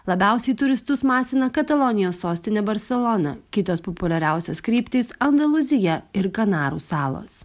labiausiai turistus masina katalonijos sostinė barselona kitos populiariausios kryptys andalūzija ir kanarų salos